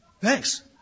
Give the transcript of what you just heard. thanks